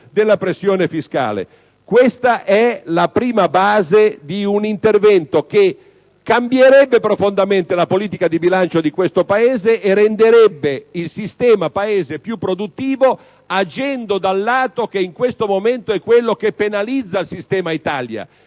Questa è la prima base di un intervento che cambierebbe profondamente la politica di bilancio di questo Paese e renderebbe il sistema Paese più produttivo, agendo dal lato che in questo momento penalizza il sistema Italia,